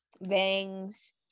bangs